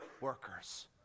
workers